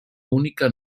única